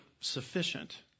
sufficient